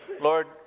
Lord